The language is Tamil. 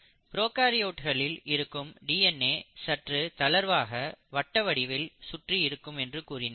ப்ரோகாரியோட்களில் இருக்கும் டி என் ஏ சற்று தளர்வாக வட்ட வடிவில் சுற்றி இருக்கும் என்று கூறினேன்